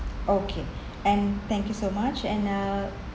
okay and thank you so much and uh